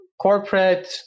corporate